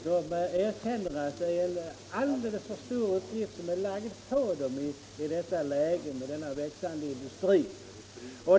De erkänner att en alldeles för stor uppgift är lagd på dem med denna växande industri.